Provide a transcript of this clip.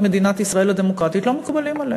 מדינת ישראל הדמוקרטית לא מקובלים עליה.